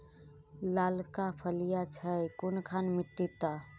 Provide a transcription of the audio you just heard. लालका फलिया छै कुनखान मिट्टी त?